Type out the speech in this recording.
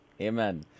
Amen